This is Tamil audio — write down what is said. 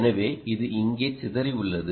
எனவே இது இங்கே சிதறி உள்ளது